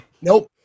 Nope